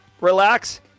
relax